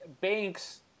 Banks